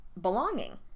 belonging